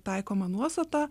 taikoma nuostata